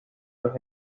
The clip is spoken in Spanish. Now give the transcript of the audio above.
los